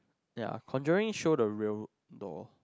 ya conjuring show the real doll